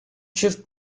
shift